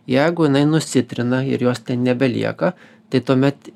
jeigu jinai nusitrina ir jos nebelieka tai tuomet